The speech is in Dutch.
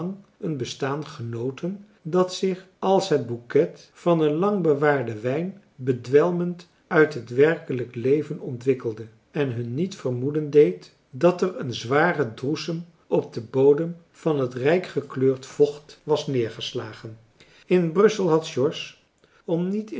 een bestaan genoten dat zich als het bouquet van een lang bewaarden wijn bedwelmend uit het werkelijk leven ontwikkelde en hun niet vermoeden deed dat er een zware droesem op den bodem van het rijk gekleurd vocht was neergeslagen in brussel had george om niet